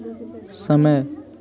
समय